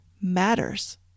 matters